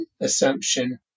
assumption